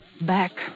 Back